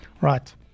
Right